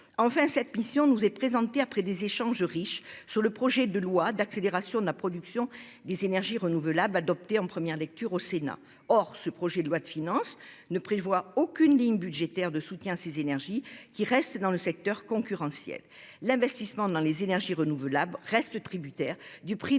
Enfin, cette mission nous est présentée après des échanges riches sur le projet de loi relatif à l'accélération de la production des énergies renouvelables, adopté en première lecture au Sénat. Or ce projet de loi de finances ne prévoit aucune ligne budgétaire de soutien à ces énergies, qui restent dans le secteur concurrentiel. L'investissement dans les énergies renouvelables reste tributaire du prix de l'énergie,